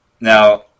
Now